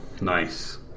Nice